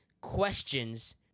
questions